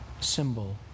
symbol